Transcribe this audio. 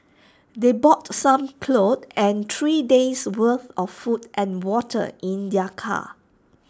they brought some clothes and three days worth of food and water in their car